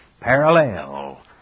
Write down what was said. Parallel